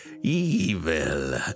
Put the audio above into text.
evil